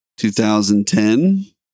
2010